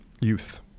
youth